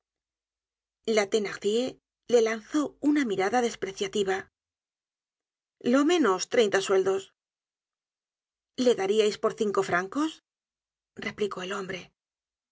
la thenardier le lanzó una mirada despreciaiva lo menos treinta sueldos le daríais por cinco francos replicó el hombre